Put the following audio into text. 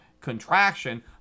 contraction